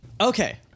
okay